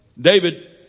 David